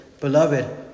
Beloved